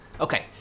Okay